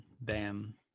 Bam